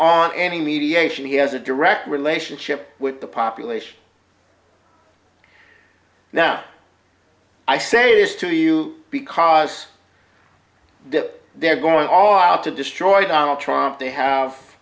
on any mediation he has a direct relationship with the population now i say this to you because that they're going all out to destroy donald trump they have